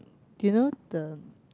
do you know the